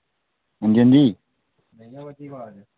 अंजी अंजी